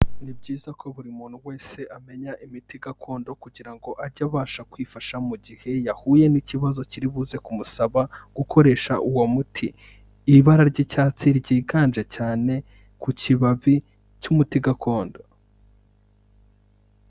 Ni byiza ko buri muntu wese amenya imiti gakondo kugira ngo ajye abasha kwifasha mu gihe yahuye n'ikibazo kiri bu kumusaba gukoresha uwo muti, ibara ry'icyatsi ryiganje cyane ku kibabi cy'umuti gakondo.